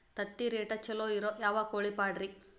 ತತ್ತಿರೇಟ್ ಛಲೋ ಇರೋ ಯಾವ್ ಕೋಳಿ ಪಾಡ್ರೇ?